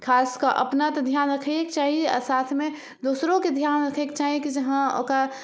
खासकऽ अपना तऽ ध्यान रखैयेके चाही साथमे दोसरोके ध्यान रक्खेके चाही कि हँ ओकरा